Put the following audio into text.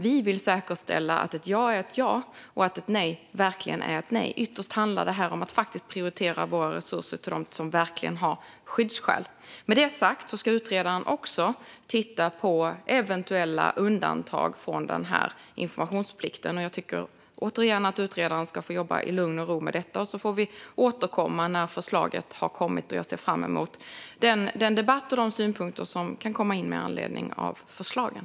Vi vill säkerställa att ett ja är ett ja och att ett nej verkligen är ett nej. Ytterst handlar det om att prioritera våra resurser till dem som verkligen har skyddsskäl. Med det sagt ska utredaren också titta på eventuella undantag från informationsplikten. Jag tycker återigen att utredaren ska få jobba i lugn och ro med detta. Vi får återkomma när förslaget har kommit. Jag ser fram emot en debatt och synpunkter som kan komma med anledning av förslagen.